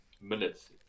minutes